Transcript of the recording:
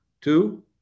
two